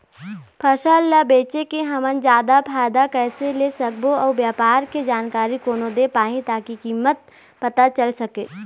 फसल ला बेचे के हम जादा फायदा कैसे ले सकबो अउ व्यापार के जानकारी कोन दे पाही ताकि कीमत पता चल सके?